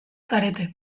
zarete